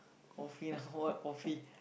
coffee now what coffee